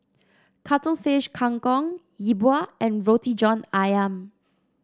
Cuttlefish Kang Kong Yi Bua and Roti John ayam